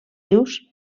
rius